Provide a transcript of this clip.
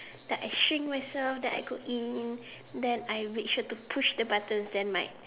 then I shrink myself then I go in then I make sure to push the button then I